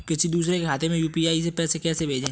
किसी दूसरे के खाते में यू.पी.आई से पैसा कैसे भेजें?